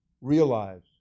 realize